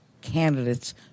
candidates